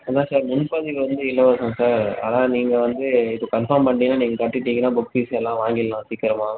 அதுதான் சார் முன்பதிவு வந்து இலவசம் சார் அதுதான் நீங்கள் வந்து இப்போ கன்ஃபார்ம் பண்ணிட்டீங்கன்னா நீங்கள் கட்டிவிட்டீங்கன்னா புக் ஃபீஸ் எல்லாம் வாங்கிடலாம் சீக்கிரமா